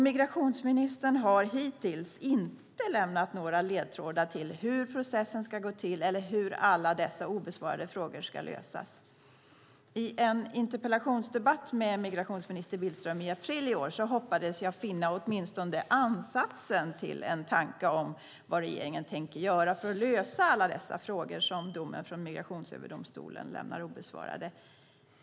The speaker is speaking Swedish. Migrationsministern har hittills inte lämnat några ledtrådar till hur processen ska gå till eller hur alla dessa obesvarade frågor ska lösas. I en interpellationsdebatt med migrationsminister Billström i april i år hoppades jag att finna åtminstone ansatsen till en tanke om vad regeringen ska göra för att lösa alla dessa frågor som domen i Migrationsöverdomstolen lämnar obesvarade.